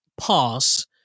pass